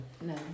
No